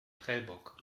prellbock